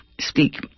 speak